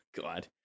god